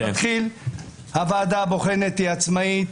נתחיל בזה שהוועדה הבוחנת היא עצמאית.